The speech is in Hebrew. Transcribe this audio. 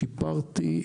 שיפרתי,